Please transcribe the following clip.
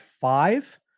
five